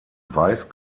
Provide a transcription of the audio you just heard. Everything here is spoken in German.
weiß